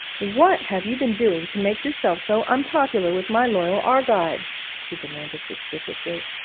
what have you been doing to make yourself so unpopular with my loyal argives she demanded suspiciously.